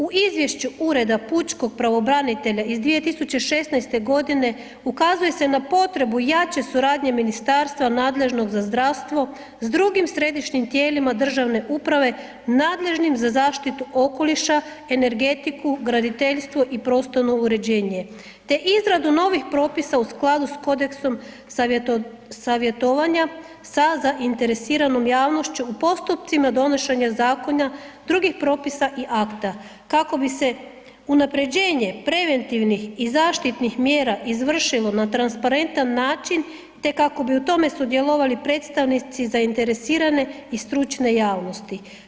U izvješću Ureda pučkog pravobranitelja iz 2016. godine ukazuje se na potrebu jače suradnje ministarstva nadležnog za zdravstvo s drugim središnjim tijelima državne uprave nadležnim za zaštitu okoliša, energetiku, graditeljstvo i prostorno uređenje te izradu novih propisa u skladu s kodeksom savjetovanja sa zainteresiranom javnošću u postupcima donošenja zakona, drugih propisa i akta kako bi se unapređenje preventivnih i zaštitih mjera izvršilo na transparentan način te kako bi u tome sudjelovali predstavnici zainteresirane i stručne javnosti.